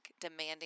demanding